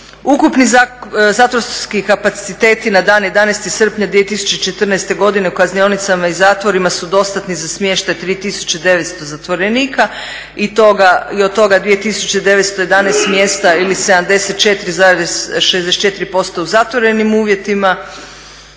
Ukupni zatvorski kapaciteti na dan 11.srpnja 2014.godine u kaznionicama i zatvorima su dostatni za smještaj 3.900 stanovnika i od toga 2.911 mjesta ili 74,64% u zatvorenim uvjetima